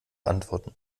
antworten